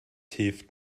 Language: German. hilft